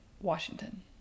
Washington